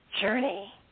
journey